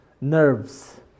nerves